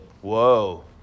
Whoa